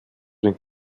den